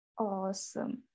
Awesome